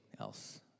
else